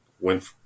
went